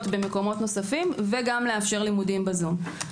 במקומות נוספים וגם לאפשר לימודים בזום.